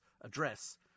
address